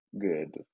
good